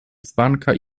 dzbanka